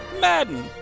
Madden